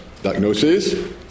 diagnosis